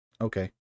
Okay